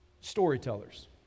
storytellers